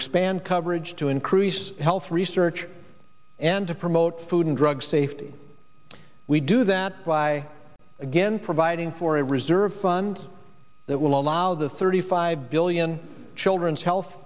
expand coverage to increase health research and to promote food and drug safety we do that by again providing for a reserve fund that will allow the thirty five billion children's health